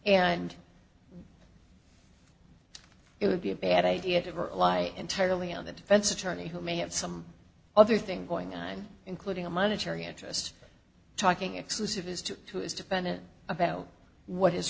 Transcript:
and it would be a bad idea to rely entirely on the defense attorney who may have some other things going on including a monetary interest talking exclusive his two to his defendant about what his